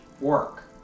work